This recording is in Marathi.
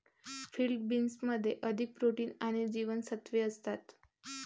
फील्ड बीन्समध्ये अधिक प्रोटीन आणि जीवनसत्त्वे असतात